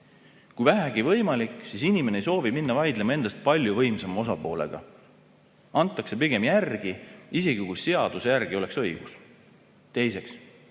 kui vähegi võimalik, siis inimene ei soovi minna vaidlema endast palju võimsama osapoolega. Antakse pigem järele, isegi kui seaduse järgi oleks õigus. Teiseks,